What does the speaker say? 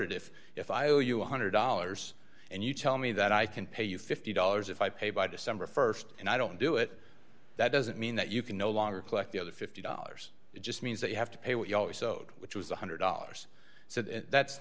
it if if i owe you one hundred dollars and you tell me that i can pay you fifty dollars if i pay by december st and i don't do it that doesn't mean that you can no longer collect the other fifty dollars it just means that you have to pay what you always sewed which was one hundred dollars so that's